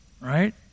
Right